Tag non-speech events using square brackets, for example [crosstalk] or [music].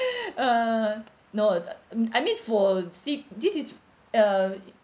[noise] uh no it's like um I mean for C this is uh